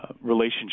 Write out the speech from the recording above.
relationship